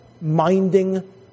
minding